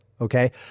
Okay